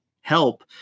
help